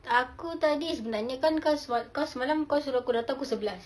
aku tadi sebenarnya kan kan semalam kau suruh aku datang pukul sebelas